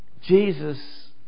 Jesus